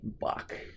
Buck